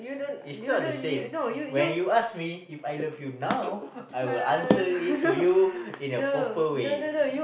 is not the same when you ask me If I love you now I will answer you it to you in a proper way